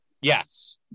Yes